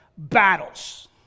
Battles